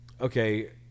okay